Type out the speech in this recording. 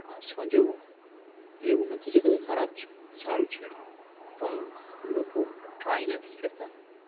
આર્ટ્સમાં જવું એવું નથી કે ખરાબ છે સારું છે પણ લોકો ટ્રાય નથી કરતાં